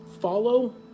follow